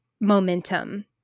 momentum